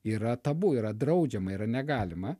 yra tabu yra draudžiama yra negalima